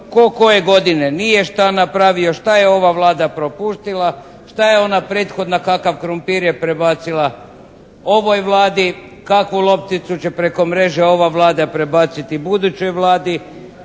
tko koje godine nije šta napravio, šta je ova Vlada propustila, šta je ona prethodna, kakav krumpir je prebacila ovoj Vladi, kakvu lopticu će preko mreže ova Vlada prebaciti budućoj Vladi